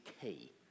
key